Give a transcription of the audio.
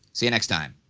see you next time.